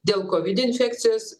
dėl covid infekcijos